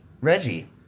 Reggie